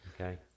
okay